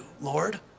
Lord